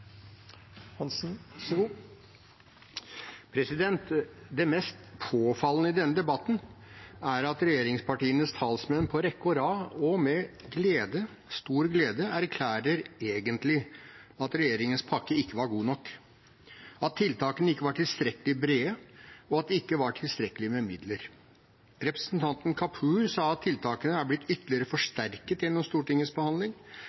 at regjeringspartienes talspersoner på rekke og rad og med stor glede egentlig erklærer at regjeringens pakke ikke var god nok, at tiltakene ikke var tilstrekkelig brede, og at det ikke var tilstrekkelig med midler. Representanten Kapur sa at tiltakene er blitt ytterligere forsterket gjennom Stortingets behandling,